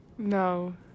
No